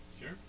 Sure